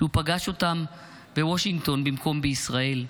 שהוא פגש אותם בוושינגטון במקום בישראל?